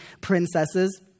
princesses